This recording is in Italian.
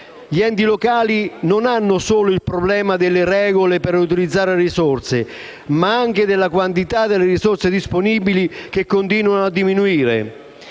Gli enti locali hanno il problema non solo delle regole per utilizzare le risorse, ma anche della quantità delle risorse disponibili che continuano a diminuire.